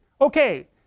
Okay